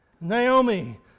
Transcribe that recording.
Naomi